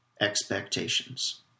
expectations